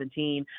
2017